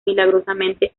milagrosamente